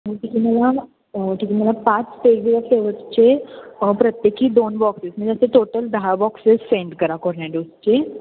मग ठीक आहे मला ठीक आहे मला पाच वेगवेगळ्या फ्लेवर्सचे प्रत्येकी दोन बॉक्सेस म्हणजे असे टोटल दहा बॉक्सेस सेंड करा कोर्न्याडोसचे